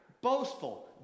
Boastful